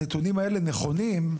הנתונים האלה נכונים,